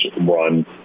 run